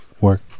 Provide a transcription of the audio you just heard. work